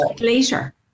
later